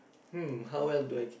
hmm how well do I keep